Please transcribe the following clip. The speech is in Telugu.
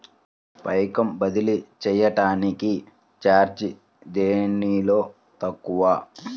పైకం బదిలీ చెయ్యటానికి చార్జీ దేనిలో తక్కువ?